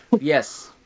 Yes